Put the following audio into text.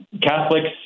Catholics